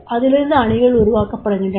அதிலிருந்து அணிகள் உருவாக்கப்படுகின்றன